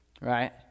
right